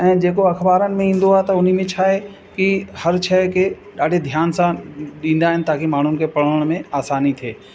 ऐं जेको अख़बारुनि में ईंदो आहे त उन में छा आहे की हर शइ खे ॾाढे ध्यान सां ॾींदा आहिनि ताकी माण्हुनि खे पढ़ण में आसानी थिए